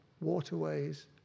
waterways